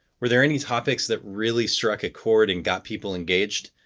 were there any topics that really struck a cord and got people engaged?